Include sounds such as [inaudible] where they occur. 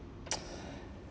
[noise]